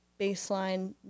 baseline